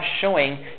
showing